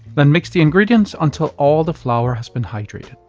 then mix the ingredients until all the flour has been hydrated,